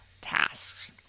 tasks